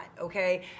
okay